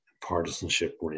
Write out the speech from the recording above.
Partisanship